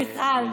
מיכל,